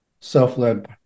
self-led